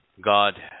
God